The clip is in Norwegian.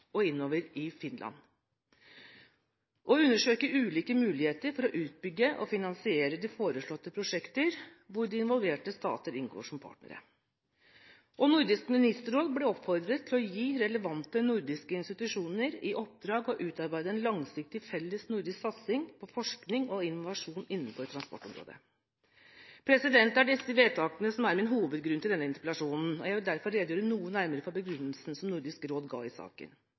innover i Finland å undersøke ulike muligheter for å utbygge og finansiere de foreslåtte prosjekter hvor de involverte stater inngår som partnere Videre ble Nordisk ministerråd oppfordret til å gi relevante nordiske institusjoner i oppdrag å utarbeide en langsiktig felles nordisk satsing på forskning og innovasjon innenfor transportområdet. Det er disse vedtakene som er min hovedgrunn til denne interpellasjonen, og jeg vil derfor redegjøre noe nærmere for begrunnelsen som Nordisk råd ga i denne saken.